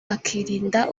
akirinda